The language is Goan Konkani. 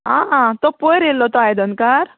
आं आं तो पयर येयल्लो तो आयदनकार